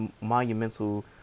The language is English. monumental